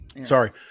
Sorry